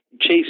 Chase